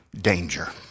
danger